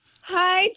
Hi